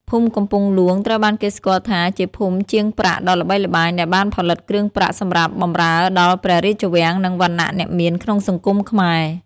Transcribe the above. ភូមិកំពង់ហ្លួងត្រូវបានគេស្គាល់ថាជាភូមិជាងប្រាក់ដ៏ល្បីល្បាញ ដែលបានផលិតគ្រឿងប្រាក់សម្រាប់បម្រើដល់ព្រះរាជវាំង និងវណ្ណៈអ្នកមានក្នុងសង្គមខ្មែរ។